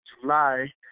July